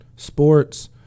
sports